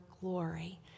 glory